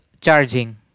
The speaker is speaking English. charging